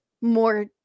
more